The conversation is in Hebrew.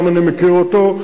אבל משם אני מכיר אותו.